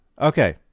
Okay